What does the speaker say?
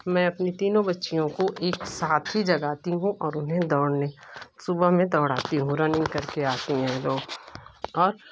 मैं अपनी तीनों बच्चियों को एक साथ ही जगाती हूँ और उन्हें दौड़ने सुबह में दौड़ाती हूँ रनिंग करके आती हैं रोज़ और